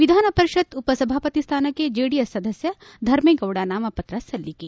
ವಿಧಾನಪರಿಷತ್ ಉಪಸಭಾಪತಿ ಸ್ವಾನಕ್ಷೆ ಜೆಡಿಎಸ್ ಸದಸ್ತ ಧರ್ಮೇಗೌಡ ನಾಮಪತ್ರ ಸಲ್ಲಿಕೆ